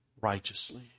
righteously